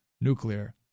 Nuclear